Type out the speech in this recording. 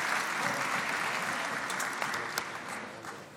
(חותם על ההצהרה)